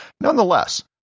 Nonetheless